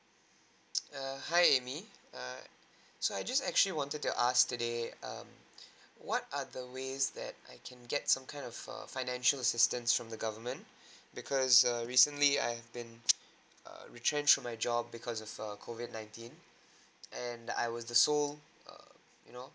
err hi amy err so I just actually wanted to ask today um what are the ways that I can get some kind of err financial assistance from the government because err recently I've been err retrench my job because of err COVID nineteen and I was the sole err you know